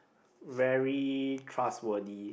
very trustworthy